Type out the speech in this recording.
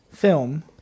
film